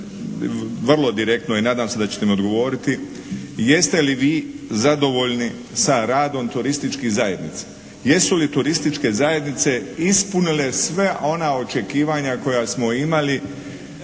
vrlo direktno i nadam se da ćete mi odgovoriti, jeste li vi zadovoljni sa radom turističkih zajednica? Jesu li turističke zajednice ispunila sva ona očekivanja koja smo imali